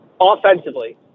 offensively